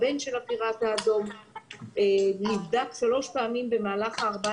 הבן של בעל החנות נבדק 3 פעמים במהלך 14